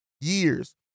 years